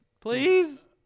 please